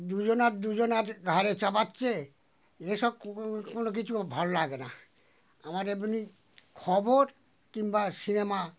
দুজনার দুজনার ঘাড়ে চাপাচ্ছে এসব কোনো কিছু ভাল লাগে না আমার এমনি খবর কিংবা সিনেমা